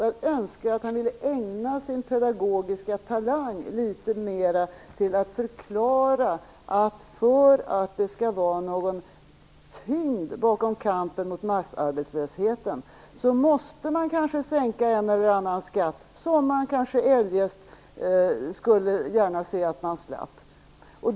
Jag önskar att han ville ägna sin pedagogiska talang litet mera åt att förklara att för att det skall vara någon tyngd bakom kampen mot massarbetslösheten måste man kanske sänka en eller annan skatt, något man eljest gärna skulle se att man slapp.